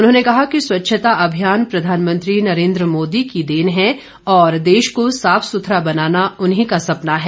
उन्होंने कहा कि स्वच्छता अभियान प्रधानमंत्री नरेंद्र मोदी की देन है और देश को साफ सुथरा बनाना उन्ही का सपना है